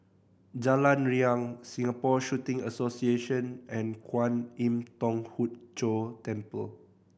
Jalan Riang Singapore Shooting Association and Kwan Im Thong Hood Cho Temple